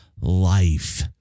life